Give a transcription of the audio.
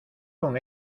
con